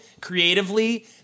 creatively